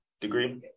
degree